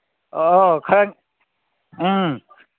ꯑꯣ ꯈꯔ ꯎꯝ